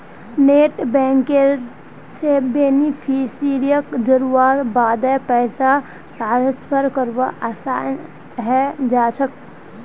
net banking स बेनिफिशियरीक जोड़वार बादे पैसा ट्रांसफर करवा असान है जाछेक